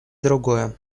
другое